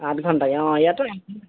আঠ ঘণ্টাকৈ অঁ ইয়াতো আঠ ঘণ্টাই